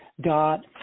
dot